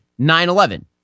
9-11